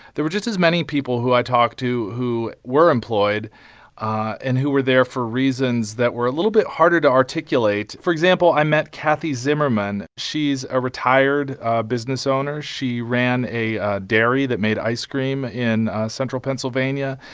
there were just as many people who i talked to who were employed and who were there for reasons that were a little bit harder to articulate. for example, i met cathy zimmerman. she's a retired business owner. she ran a dairy that made ice cream in central pennsylvania.